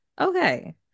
okay